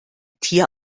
tier